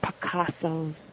Picassos